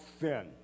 sin